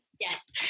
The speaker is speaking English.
Yes